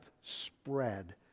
spread